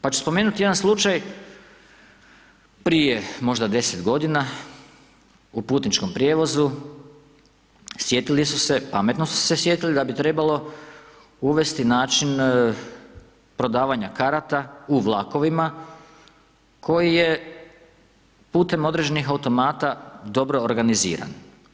Pa ću spomenuti jedan slučaj prije možda 10 g. u putničkom prijevozu sjetili su se, pametno su se sjetili, da bi trebalo uvesti način prodavanja karata u vlakovima koji je putem određenih automata dobro organiziran.